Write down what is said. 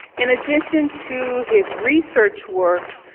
in addition to his research work,